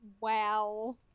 Wow